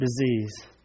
disease